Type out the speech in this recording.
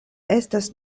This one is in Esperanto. estas